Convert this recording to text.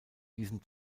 diesem